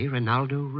Ronaldo